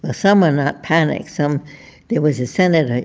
ah some are not panicked. some there was a senator